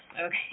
Okay